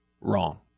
wrong